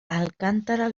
alcántara